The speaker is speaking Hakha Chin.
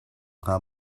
hnga